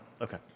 Okay